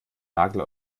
nagel